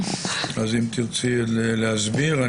אז אם תרצי להסביר.